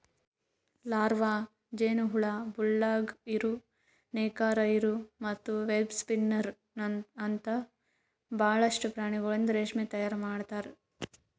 larva, ಜೇನುಹುಳ, bulldog ಇರು, ನೇಕಾರ ಇರು ಮತ್ತ ವೆಬ್ಸ್ಪಿನ್ನರ್ ಅಂತ ಭಾಳಷ್ಟು ಪ್ರಾಣಿಗೊಳಿಂದ್ ರೇಷ್ಮೆ ತೈಯಾರ್ ಮಾಡ್ತಾರ